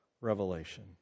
revelation